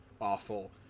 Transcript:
awful